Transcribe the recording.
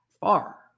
far